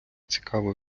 цікава